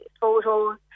photos